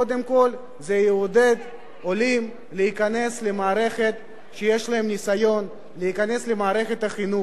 קודם כול זה יעודד עולים שיש להם ניסיון להיכנס למערכת החינוך.